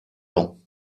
longs